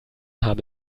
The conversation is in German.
habe